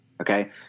Okay